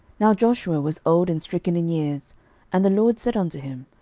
now joshua was old and stricken in years and the lord said unto him,